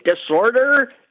disorder